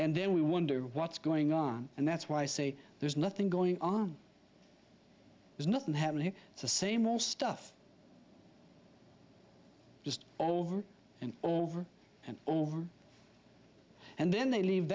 and then we wonder what's going on and that's why i say there's nothing going on there's nothing happening it's the same all stuff just over and over over and and then they leave